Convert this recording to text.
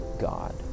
God